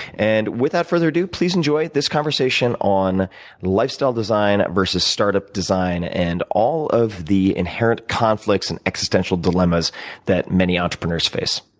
and without further ado, please enjoy this conversation on lifestyle design, versus startup design, and all of the inherent conflicts and existential dilemmas that many entrepreneurs face.